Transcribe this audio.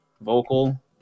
vocal